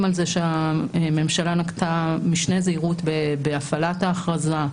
על זה שהממשלה נקטה משנה זהירות בהפעלת ההכרזה.